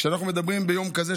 כשאנחנו מדברים ביום כזה,